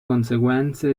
conseguenze